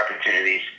opportunities